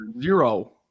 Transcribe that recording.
Zero